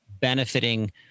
benefiting